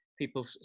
people